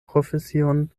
profesion